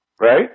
Right